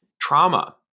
Trauma